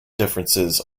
differences